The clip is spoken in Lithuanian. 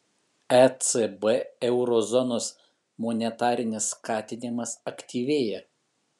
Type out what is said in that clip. ecb euro zonos monetarinis skatinimas aktyvėja